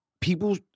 people